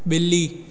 बि॒ली